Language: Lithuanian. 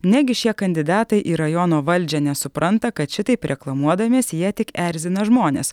negi šie kandidatai į rajono valdžią nesupranta kad šitaip reklamuodamiesi jie tik erzina žmones